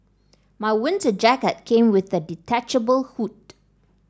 my winter jacket came with a detachable hood